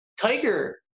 Tiger